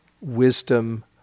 wisdom